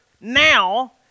now